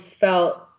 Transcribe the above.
felt